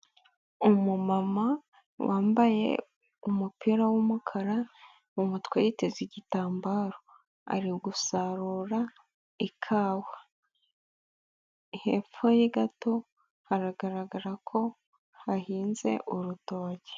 Umumama wambaye umupira w'umukara mu mutwe yiteze igitambaro ari gusarura ikawa, hepfo ye gato haragaragara ko hahinze urutoki.